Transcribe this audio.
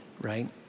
right